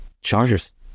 Chargers